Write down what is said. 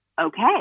okay